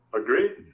Agreed